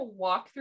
walkthrough